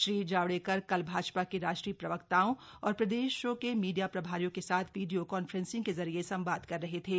श्री जावड़ेकर भाजपा के राष्ट्रीय प्रवक्ताओं और प्रदेशों के मीडिया प्रभारियों के साथ वीडियो कांफ्रेंसिंग के जरिए संवाद कर रहे थे